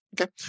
Okay